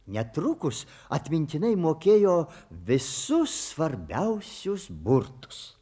netrukus atmintinai mokėjo visus svarbiausius burtus